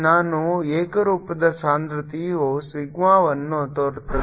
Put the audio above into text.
ನಾನು ಏಕರೂಪದ ಸಾಂದ್ರತೆಯ ಸಿಗ್ಮಾವನ್ನು ತರುತ್ತೇನೆ